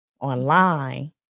online